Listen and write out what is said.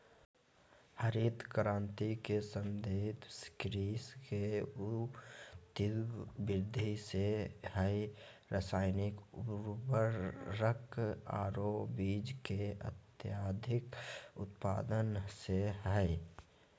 हरित क्रांति के संबंध कृषि के ऊ तिब्र वृद्धि से हई रासायनिक उर्वरक आरो बीज के अत्यधिक उत्पादन से हई